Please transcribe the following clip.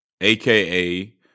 aka